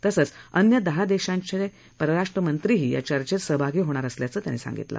तसंच अन्य दहा देशांच्या परराष्ट्र मंत्रीही या चर्चेत सहभागी होणार असल्याचं त्यांनी सांगितलं